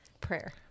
prayer